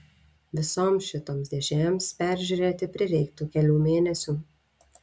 visoms šitoms dėžėms peržiūrėti prireiktų kelių mėnesių